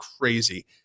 crazy